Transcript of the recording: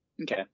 Okay